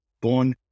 born